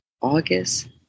August